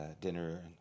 dinner